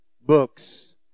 books